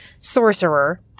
Sorcerer